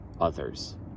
others